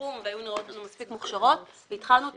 מהתחום והן היו מספיק מוכשרות והתחלנו את